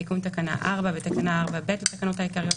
תיקון תקנה 4 בתקנה 4(ב) לתקנות העיקריות,